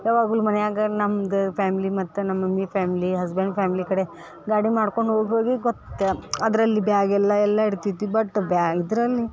ಯಾವಾಗಲೂ ಮನೆಯಾಗ ನಮ್ದು ಫ್ಯಾಮಿಲಿ ಮತ್ತು ನಮ್ಮ ಮಮ್ಮಿ ಫ್ಯಾಮ್ಲಿ ಹಸ್ಬೆಂಡ್ ಫ್ಯಾಮ್ಲಿ ಕಡೆ ಗಾಡಿ ಮಾಡಿಕೊಂಡು ಹೋಗೋದು ಗೊತ್ತು ಅದರಲ್ಲಿ ಬ್ಯಾಗ್ ಎಲ್ಲ ಎಲ್ಲ ಇಡ್ತಿದ್ವಿ ಬಟ್ ಬ್ಯಾ ಇದರಲ್ಲಿ